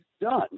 done